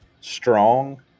strong